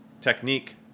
technique